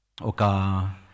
oka